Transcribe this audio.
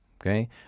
okay